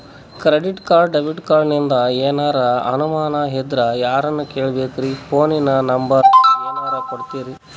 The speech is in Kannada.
ಕ್ರೆಡಿಟ್ ಕಾರ್ಡ, ಡೆಬಿಟ ಕಾರ್ಡಿಂದ ಏನರ ಅನಮಾನ ಇದ್ರ ಯಾರನ್ ಕೇಳಬೇಕ್ರೀ, ಫೋನಿನ ನಂಬರ ಏನರ ಕೊಡ್ತೀರಿ?